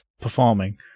performing